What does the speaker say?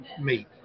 meet